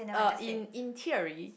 uh in in in theory